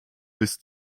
bis